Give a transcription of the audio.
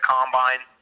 Combine